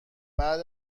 بعد